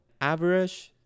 average